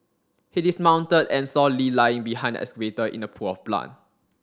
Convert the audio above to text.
he dismounted and saw Lee lying behind the excavator in a pool of blood